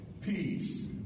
peace